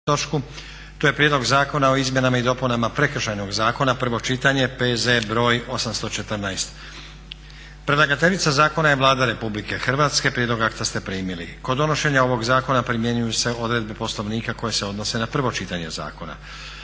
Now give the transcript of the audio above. to je: - Prijedlog Zakona o izmjenama i dopunama Prekršajnog zakona, prvo čitanje, P.Z.BR. 814. Predlagateljica zakona je Vlada Republike Hrvatske. Prijedlog akta ste primili. Kod donošenja ovog zakona primjenjuj se odredbe Poslovnika koje se odnose na prvo čitanje zakona.